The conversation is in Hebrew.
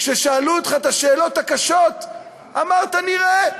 כששאלו אותך את השאלות הקשות אמרת: נראה,